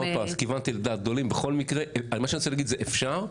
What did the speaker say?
מה שאני רוצה להגיד זה אפשר,